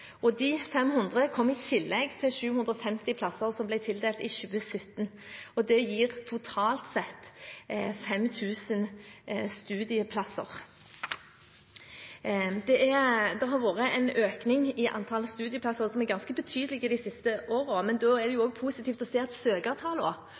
prioriteres. De 500 plassene kommer i tillegg til de 750 plassene som ble tildelt i 2017. Det gir totalt 5 000 studieplasser. Det har vært en økning i antall studieplasser som er ganske betydelig de siste årene. Det er positivt å se at søkertallene øker, det